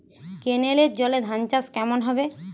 কেনেলের জলে ধানচাষ কেমন হবে?